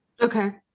Okay